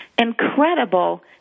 incredible